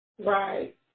Right